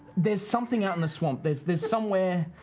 there's something out in the swamp. there's there's somewhere,